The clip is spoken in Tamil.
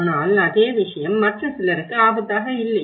ஆனால் அதே விஷயம் மற்ற சிலருக்கு ஆபத்தாக இல்லை